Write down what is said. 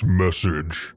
message